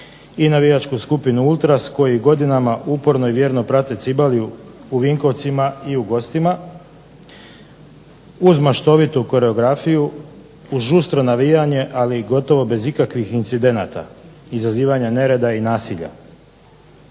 i navijačku skupinu Ultras, koji godinama uporno i vjerno prate Cibaliu, u Vinkovcima i u gostima, uz maštovitu koreografiju, uz žustro navijanje, ali i gotovo bez ikakvih incidenata, izazivanja nereda i nasilja.